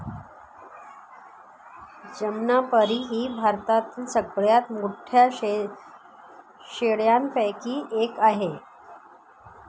जमनापरी ही भारतातील सगळ्यात मोठ्या शेळ्यांपैकी एक आहे